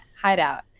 hideout